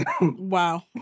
wow